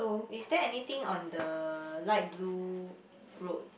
is there anything on the light blue road